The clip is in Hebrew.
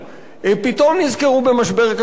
פתאום נזכרו במשבר הכלכלי.